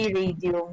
radio